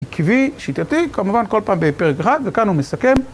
עקבי, שיטתי, כמובן כל פעם בפרק 1 וכאן הוא מסכם.